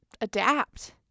adapt